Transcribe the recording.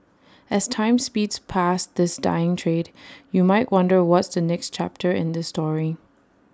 as time speeds past this dying trade you might wonder what's the next chapter in this story